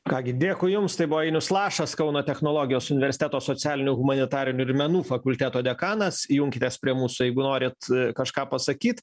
ką gi dėkui jums tai buvo ainius lašas kauno technologijos universiteto socialinių humanitarinių ir menų fakulteto dekanas junkitės prie mūsų jeigu norit kažką pasakyt